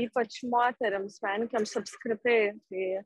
ypač moterims menininkėms apskritai tai